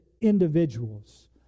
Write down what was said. individuals